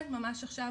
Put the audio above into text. ממש עכשיו.